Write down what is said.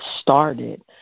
started